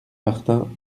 martin